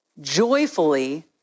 joyfully